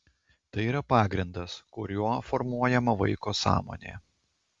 tai yra pagrindas kuriuo formuojama vaiko sąmonė